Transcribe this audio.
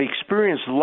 experienced